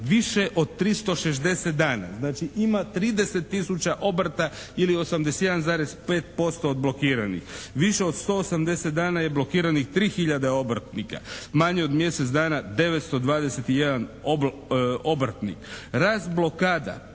više od 360 dana, znači ima 30 tisuća obrta ili 81,5% od blokiranih, više od 180 dana je blokiranih 3 hiljade obrtnika, manje od mjesec dana 921 obrtnik. Rast blokada